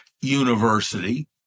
university